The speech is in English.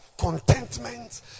contentment